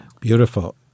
Beautiful